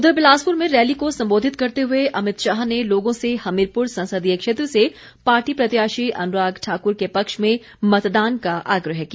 उधर बिलासपुर में रैली को संबोधित करते हुए अमित शाह ने लोगों से हमीरपुर संसदीय क्षेत्र से पार्टी प्रत्याशी अनुराग ठाकुर के पक्ष में मतदान का आग्रह किया